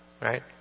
right